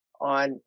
on